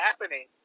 happening